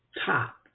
top